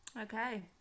Okay